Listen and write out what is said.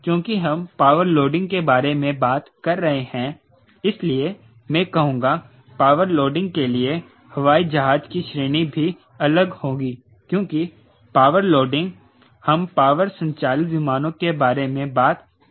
चूंकि हम power loading के बारे में बात कर रहे हैं इसलिए मैं कहूंगा पावर लोडिंग के लिए हवाई जहाज की श्रेणी भी अलग होगी क्योंकि पावर लोडिंग हम प्रोपेलर संचालित विमानों के बारे में बात कर रहे हैं